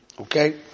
Okay